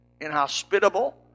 inhospitable